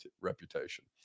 reputation